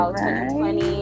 2020